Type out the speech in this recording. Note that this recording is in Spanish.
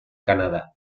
canadá